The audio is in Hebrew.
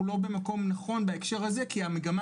אנחנו לא במקום נכון בהקשר הזה כי המגמה